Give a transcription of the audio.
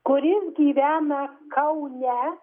kuris gyvena kaune